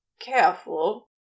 careful